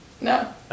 No